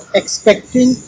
expecting